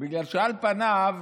בגלל שעל פניו,